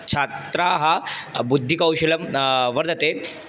छात्राः बुद्धिकौशलं वर्धते